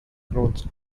acorns